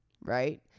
right